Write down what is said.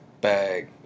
bag